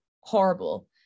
horrible